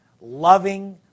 loving